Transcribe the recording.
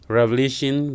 Revelation